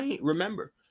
Remember